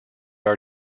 are